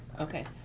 okay.